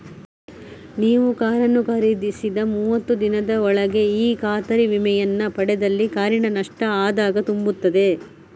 ನೀವು ಕಾರನ್ನು ಖರೀದಿಸಿದ ಮೂವತ್ತು ದಿನಗಳ ಒಳಗೆ ಈ ಖಾತರಿ ವಿಮೆಯನ್ನ ಪಡೆದಲ್ಲಿ ಕಾರಿನ ನಷ್ಟ ಆದಾಗ ತುಂಬುತ್ತದೆ